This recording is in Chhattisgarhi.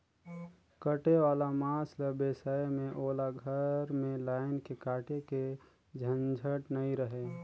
कटे वाला मांस ल बेसाए में ओला घर में लायन के काटे के झंझट नइ रहें